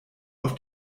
auf